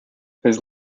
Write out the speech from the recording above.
his